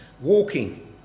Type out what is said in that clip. walking